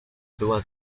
była